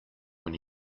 when